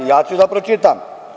Ja ću da pročitam.